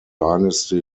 dynasty